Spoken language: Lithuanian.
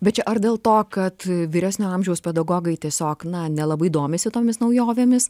bet ar dėl to kad vyresnio amžiaus pedagogai tiesiog na nelabai domisi tomis naujovėmis